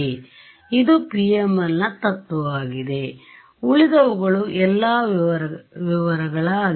ಆದ್ದರಿಂದ ಇದು PML ತತ್ವವಾಗಿದೆ ಉಳಿದವುಗಳು ಎಲ್ಲಾ ವಿವರಗಳಾಗಿವೆ